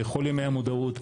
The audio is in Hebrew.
בכל ימי המודעות,